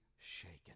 shaken